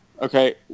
okay